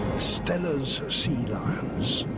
steller's sea lions.